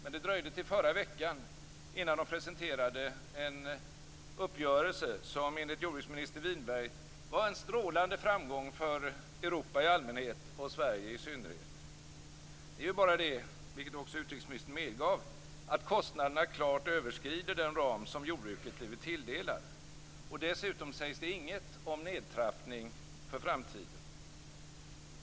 Men det dröjde till förra veckan, innan de presenterade en uppgörelse som enligt jordbruksminister Winberg var en strålande framgång för Europa i allmänhet och för Sverige i synnerhet. Det är bara det - vilket också utrikesministern medgav - att kostnaderna klart överskrider den ram som jordbruket blivit tilldelad. Dessutom sägs det inget om nedtrappning i framtiden.